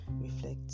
reflect